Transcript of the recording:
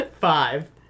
Five